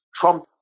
Trump